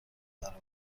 برابر